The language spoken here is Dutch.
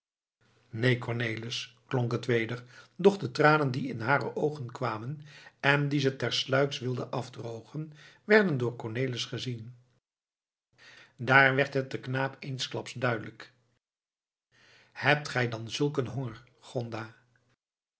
neen cornelis klonk het weder doch de tranen die in hare oogen kwamen en die ze tersluiks wilde afdrogen werden door cornelis gezien daar werd het den knaap eensklaps duidelijk hebt gij dan zulk een honger gonda